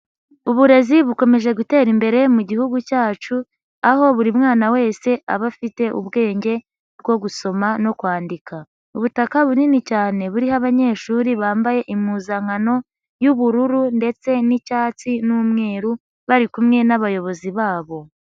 Uburezi bukomeje gutera imbere mu Gihugu cyacu aho buri mwana wese aba afite ubwenge bwo gusoma no kwandika. Ubutaka bunini cyane buriho abanyeshuri bambaye impuzankano y'ubururu ndetse n'icyatsi n'umweru bari kumwe n'abayobozi babo.